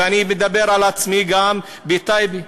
ואני מדבר על עצמי, גם בטייבה,